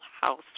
house